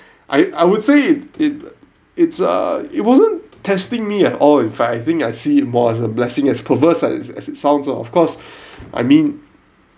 I I would say it it it's uh it wasn't testing me at all in fact I think I see it more as a blessing as perverse as as it sounds lah of course I mean